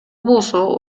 болсо